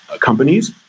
companies